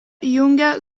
jungia